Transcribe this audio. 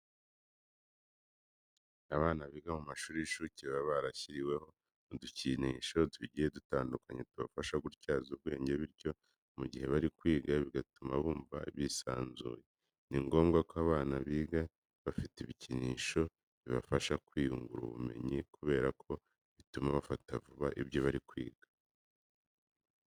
Abana biga mu mashuri y'incuke baba barashyiriweho udukinisho tugiye dutandukanye tubafasha gutyaza ubwenge bityo mu gihe bari kwiga bigatuma bumva bisanzuye. Ni ngomwa ko abana biga bafite ibikinisho bibafasha kwiyingura ubumenyi kubera ko bituma bafata vuba ibyo bari kwiga.